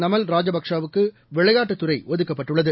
Namal Rajapaksa க்குவிளையாட்டுத்துறைஒதுக்கப்பட்டுள்ளது